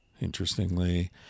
interestingly